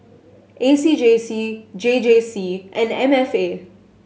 A C J C J J C and M F A